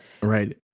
Right